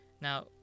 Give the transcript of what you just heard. Now